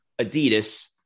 Adidas